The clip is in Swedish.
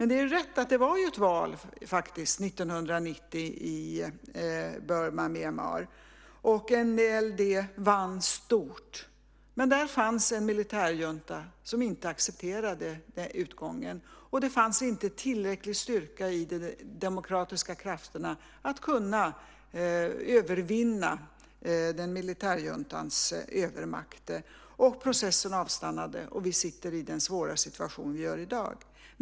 Det är rätt att det var ett val 1990 i Burma/Myanmar. NLD vann stort. Men där fanns en militärjunta som inte accepterade utgången, och det fanns inte tillräcklig styrka i de demokratiska krafterna att övervinna militärjuntans övermakt. Processen avstannade, och vi sitter i den svåra situation vi gör i dag.